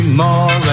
more